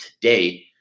today